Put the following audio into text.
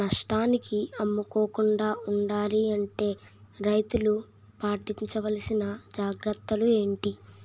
నష్టానికి అమ్ముకోకుండా ఉండాలి అంటే రైతులు పాటించవలిసిన జాగ్రత్తలు ఏంటి